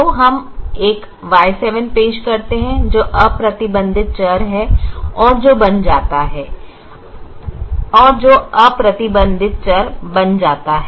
तो हम एक Y7 पेश करते हैं जो एक अप्रतिबंधित चर बन जाता है